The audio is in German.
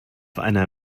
eine